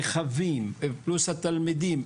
הרכבים פלוס התלמידים,